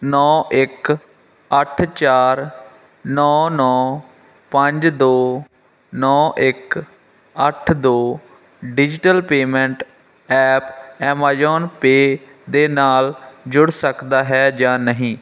ਨੌ ਇੱਕ ਅੱਠ ਚਾਰ ਨੌ ਨੌ ਪੰਜ ਦੋ ਨੌ ਇੱਕ ਅੱਠ ਦੋ digital payment app Amazon Pay ਦੇ ਨਾਲ ਜੁੜ ਸਕਦਾ ਹੈ ਜਾਂ ਨਹੀਂ